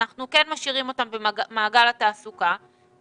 אנחנו כן משאירים אותם במעגל התעסוקה,